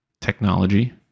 technology